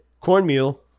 cornmeal